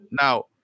Now –